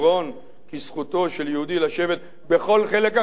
כזכותו של יהודי לשבת בכל חלק אחר של ארץ-ישראל.